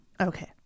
Okay